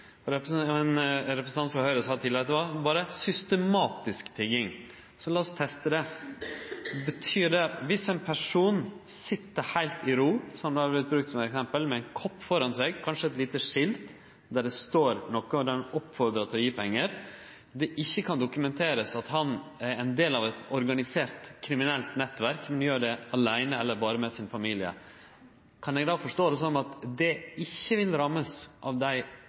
tigging, og ein representant frå Høgre sa tidlegare at det berre gjeld systematisk tigging. Så lat oss teste det: Viss ein person sit heilt i ro med ein kopp framfor seg, som har vorte brukt som eksempel, og kanskje med eit lite skilt der han oppfordrar til å gje pengar, og det ikkje kan dokumenterast at han er del av eit organisert, kriminelt nettverk, men gjer det aleine eller berre med familien sin, kan eg då forstå det sånn at det ikkje vil verte ramma av dei